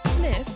Miss